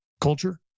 culture